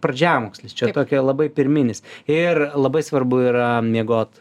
pradžiamokslis čia tokia labai pirminis ir labai svarbu yra miegot